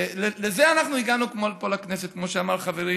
לזה אנחנו הגענו לפה, לכנסת, כמו שאמר חברי